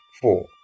four